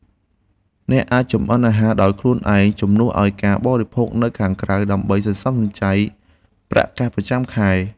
អ្នកអាចចម្អិនអាហារដោយខ្លួនឯងជំនួសឱ្យការបរិភោគនៅខាងក្រៅដើម្បីសន្សំសំចៃប្រាក់កាសប្រចាំខែ។